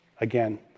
again